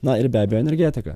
na ir be abejo energetika